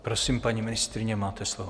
Prosím, paní ministryně, máte slovo.